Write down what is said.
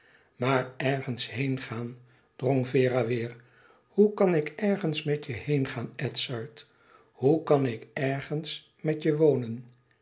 maar ergens heengaan drong vera weêr hoe kan ik ergens met je heengaan edzard hoe kan ik ergens met je wonen